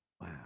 Wow